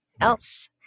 else